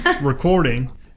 recording